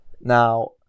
Now